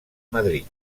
madrid